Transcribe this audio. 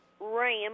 ram